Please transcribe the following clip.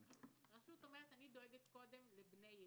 רשות אומרת: אני דואגת קודם לבני עירי,